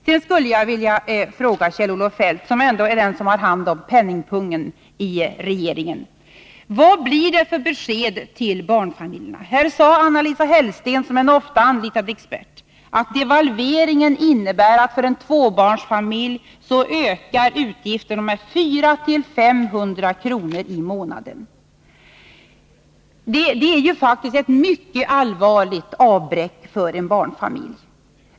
Låt mig sedan få fråga Kjell-Olof Feldt, som ändå är den i regeringen som har hand om penningpungen: Vad blir det för besked till barnfamiljerna? Anna-Lisa Hellsten, som är en ofta anlitad expert, har sagt att devalveringen för en tvåbarnsfamilj innebär ökade utgifter med 400-500 kr. i månaden. Det är faktiskt ett mycket allvarligt avbräck för en barnfamilj.